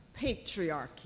patriarchy